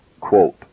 Quote